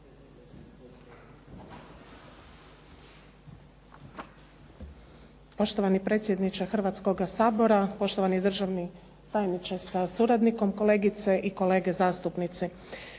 Poštovani predsjedniče Hrvatskoga sabora, poštovani državni tajniče sa suradnikom, kolegice i kolege zastupnici.